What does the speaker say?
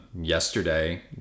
yesterday